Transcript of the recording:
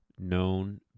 known